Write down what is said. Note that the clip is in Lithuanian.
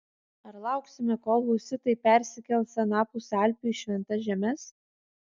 ar lauksime kol husitai persikels anapus alpių į šventas žemes